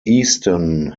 easton